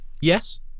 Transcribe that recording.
Yes